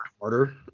harder